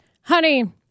honey